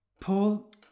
Paul